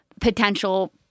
potential